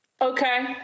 Okay